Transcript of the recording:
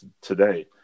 today